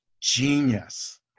genius